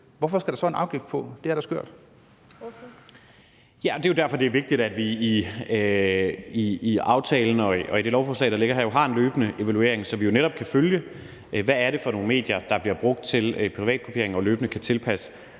Torp): Ordføreren. Kl. 15:01 Kasper Sand Kjær (S): Ja, og det er jo derfor, det er vigtigt, at vi i forbindelse med aftalen og det lovforslag, der ligger her, har en løbende evaluering, så vi netop kan følge, hvad det er for nogle medier, der bliver brugt til privatkopiering, og løbende kan tilpasse